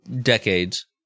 decades